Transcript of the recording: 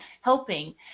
helping